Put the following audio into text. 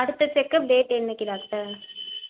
அடுத்த checkup date என்னிக்கு doctor